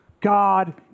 God